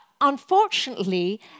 unfortunately